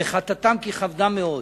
וחטאתם כי כבדה מאוד.